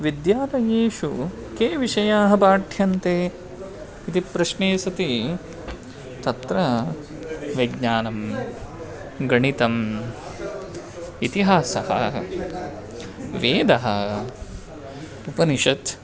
विद्यालयेषु के विषयाः पाठ्यन्ते इति प्रश्ने सति तत्र विज्ञानं गणितम् इतिहासः वेदः उपनिषत्